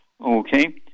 Okay